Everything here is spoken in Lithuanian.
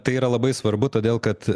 tai yra labai svarbu todėl kad